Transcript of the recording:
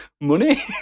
money